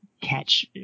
catch